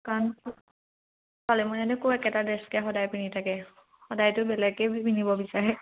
কাৰণ ছোৱালীবোৰেনো ক'ত একেটা ড্ৰেছকে সদায় পিন্ধি থাকে সদায়তো বেলেগেই পিন্ধিব বিচাৰে